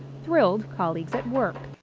thrilled colleagues at work.